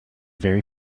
very